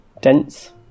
dense